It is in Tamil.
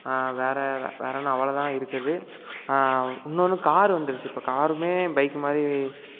வேறு வெ வேறு என்ன அவ்வளவுதான் இருக்கிறது இன்னொன்று கார் வந்துருச்சு இப்போ காருமே பைக்கு மாதிரி